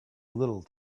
little